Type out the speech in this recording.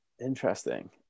Interesting